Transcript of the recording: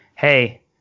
hey